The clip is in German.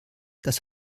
das